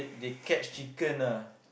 they catch chicken ah